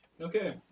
Okay